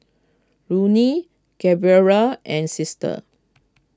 Loney Gabriella and Sister